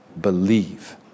believe